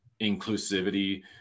inclusivity